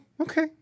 okay